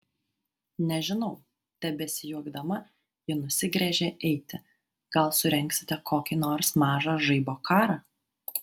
nežinau tebesijuokdama ji nusigręžė eiti gal surengsite kokį nors mažą žaibo karą